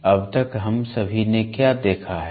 तो अब तक हम सभी ने क्या देखा है